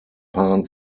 pan